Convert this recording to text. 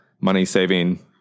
money-saving